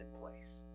place